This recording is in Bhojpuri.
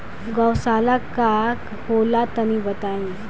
गौवशाला का होला तनी बताई?